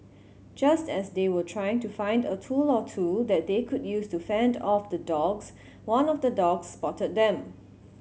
just as they were trying to find a tool or two that they could use to fend off the dogs one of the dogs spotted them